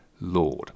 Lord